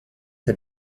had